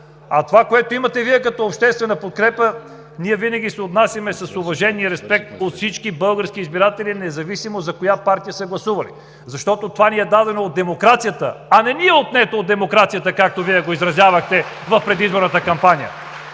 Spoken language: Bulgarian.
А това, което имате Вие като обществена подкрепа, ние винаги се отнасяме с уважение и респект към всички български избиратели, независимо за коя партия са гласували, защото това ни е дадено от демокрацията, а не ни е отнето от демокрацията, както Вие го изразявахте в предизборната кампания.